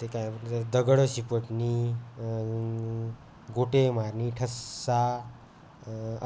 ते काय म्हणलं दगडं शिपटनी गोटे मारणी ठस्सा